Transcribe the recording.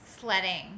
sledding